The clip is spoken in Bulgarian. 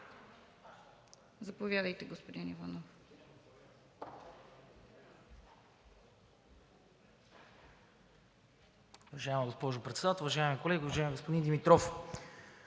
Заповядате, господин Иванов.